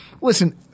Listen